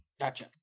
gotcha